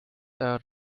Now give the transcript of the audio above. are